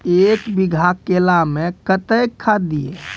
एक बीघा केला मैं कत्तेक खाद दिये?